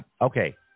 Okay